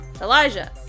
Elijah